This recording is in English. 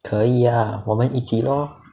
可以 ah 我们一起 lor